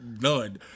None